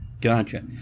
Gotcha